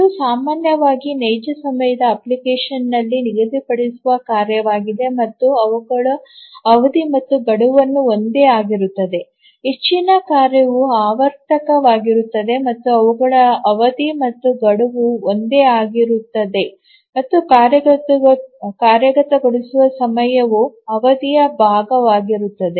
ಇದು ಸಾಮಾನ್ಯವಾಗಿ ನೈಜ ಸಮಯದ ಅಪ್ಲಿಕೇಶನ್ನಲ್ಲಿ ನಿಗದಿಪಡಿಸಿದ ಕಾರ್ಯವಾಗಿದೆ ಮತ್ತು ಅವುಗಳ ಅವಧಿ ಮತ್ತು ಗಡುವು ಒಂದೇ ಆಗಿರುತ್ತದೆ ಹೆಚ್ಚಿನ ಕಾರ್ಯವು ಆವರ್ತಕವಾಗಿರುತ್ತದೆ ಮತ್ತು ಅವುಗಳ ಅವಧಿ ಮತ್ತು ಗಡುವು ಒಂದೇ ಆಗಿರುತ್ತದೆ ಮತ್ತು ಕಾರ್ಯಗತಗೊಳಿಸುವ ಸಮಯವು ಅವಧಿಯ ಭಾಗವಾಗಿರುತ್ತದೆ